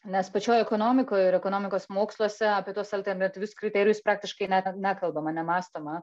nes pačioj ekonomikoj ir ekonomikos moksluose apie tuos alternatyvius kriterijus praktiškai net nekalbama nemąstoma